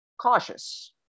cautious